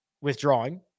withdrawing